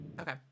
Okay